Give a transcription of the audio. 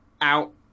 out